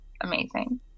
amazing